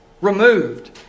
removed